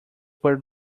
were